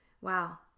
Wow